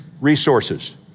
resources